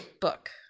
book